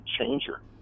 changer